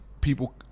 people